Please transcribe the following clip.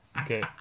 Okay